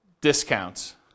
discounts